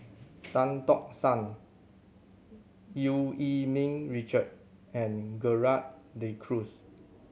Tan Tock San Eu Yee Ming Richard and Gerald De Cruz